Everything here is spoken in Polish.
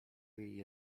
jej